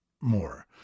more